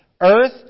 Earth